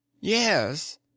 Yes